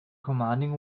commanding